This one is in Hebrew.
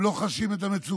הם לא חשים את המצוקות,